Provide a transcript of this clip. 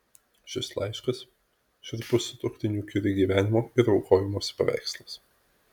šis laiškas šiurpus sutuoktinių kiuri gyvenimo ir aukojimosi paveikslas